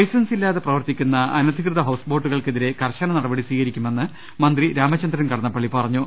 licence ഇല്ലാതെ പ്രവർത്തിക്കുന്ന അനധികൃത ഹൌസ് ബോട്ടുകൾക്കെതിരെ കർശന നടപടി സ്വീകരിക്കുമെന്ന് മന്ത്രി രാമ ചന്ദ്രൻ കടന്നപ്പള്ളി പറഞ്ഞു